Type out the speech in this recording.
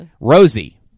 Rosie